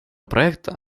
проекта